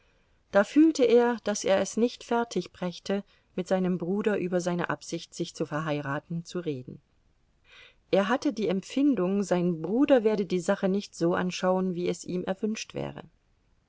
da fühlte er daß er es nicht fertigbrächte mit seinem bruder über seine absicht sich zu verheiraten zu reden er hatte die empfindung sein bruder werde die sache nicht so anschauen wie es ihm erwünscht wäre